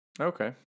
okay